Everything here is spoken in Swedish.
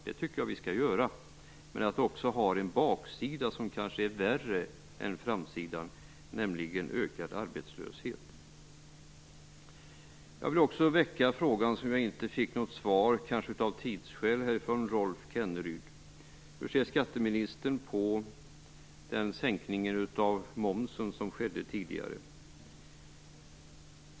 Det tycker jag att vi skall göra, men det har också en baksida som kanske är värre än framsidan, nämligen ökad arbetslöshet. Jag vill också väcka den fråga som jag inte fick något svar på från Rolf Kenneryd, kanske av tidsskäl. Hur ser skatteministern på den sänkning av momsen som skedde tidigare?